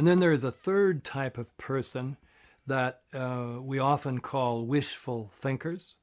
and then there is a third type of person that we often call wishful thinkers